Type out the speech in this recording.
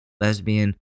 lesbian